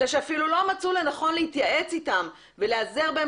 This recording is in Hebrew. אלא שאפילו לא מצאו לנכון להתייעץ איתם ולהיעזר בהם